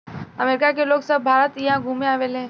अमरिका के लोग सभ भारत इहा घुमे आवेले